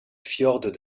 fjord